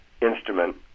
instrument